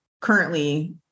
currently